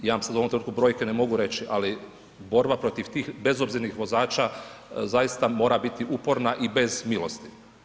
Ja vam sad u ovom trenutku brojke ne mogu reći ali brojka protiv tih bezobziranih vozača zaista mora biti uporna i bez milosti.